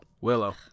Willow